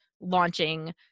launching